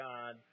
God